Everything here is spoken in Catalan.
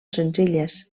senzilles